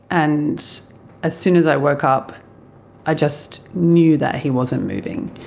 and as soon as i woke up i just knew that he wasn't moving.